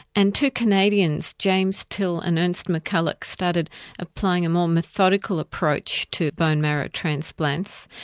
and two canadians, james till and ernst mcculloch, started applying a more methodical approach to bone marrow transplants.